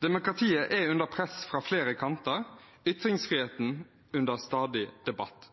Demokratiet er under press fra flere kanter, ytringsfriheten under stadig debatt.